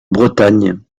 bretagne